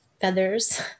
feathers